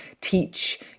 teach